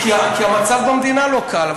כי המצב במדינה לא קל.